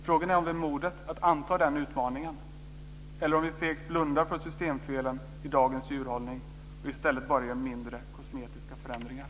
Frågan är om vi har modet att anta den utmaningen eller om vi fegt blundar för systemfelen i dagens djurhållning och i stället bara gör mindre, kosmetiska förändringar.